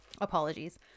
Apologies